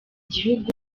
gihugu